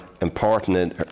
important